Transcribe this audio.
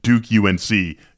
Duke-UNC